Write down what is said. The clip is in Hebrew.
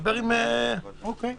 זה